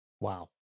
wow